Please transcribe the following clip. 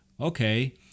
okay